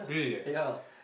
ya